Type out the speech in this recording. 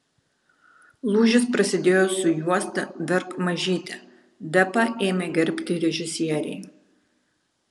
lūžis prasidėjo su juosta verk mažyte depą ėmė gerbti režisieriai